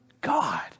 God